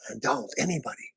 does anybody